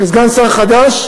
כסגן שר חדש,